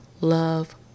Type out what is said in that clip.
love